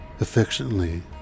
affectionately